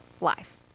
life